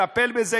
טפל בזה,